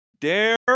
Dare